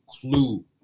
clue